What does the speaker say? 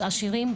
עשירים,